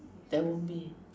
there won't be